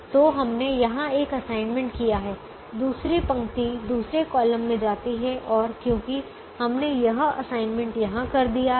तो हमने यहां एक असाइनमेंट किया है दूसरी पंक्ति दूसरे कॉलम में जाती है और क्योंकि हमने यह असाइनमेंट यहां कर दिया है